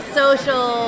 social